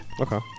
Okay